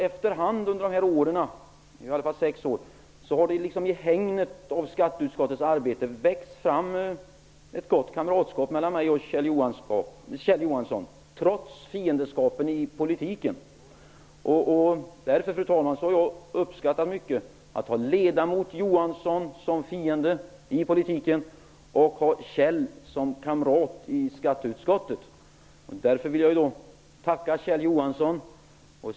Efter hand under dessa år -- det är i alla fall sex år -- har det i hägnet av skatteutskottets arbete växt fram ett gott kamratskap mellan mig och Kjell Johansson, trots fiendeskapet i politiken. Därför, fru talman, har jag uppskattat mycket att ha ledamoten Johansson som fiende i politiken och Kjell som kamrat i skatteutskottet. Jag vill tacka Kjell Johansson.